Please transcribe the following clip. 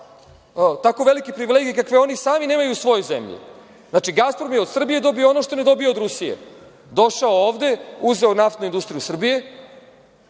tako velike privilegijekakve oni sami nemaju u svojoj zemlji. Znači, „Gasporom“ je od Srbije dobio ono što ne dobija od Rusije, došao ovde, uzeo NIS, uzeo